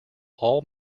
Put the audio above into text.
all